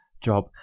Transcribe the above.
job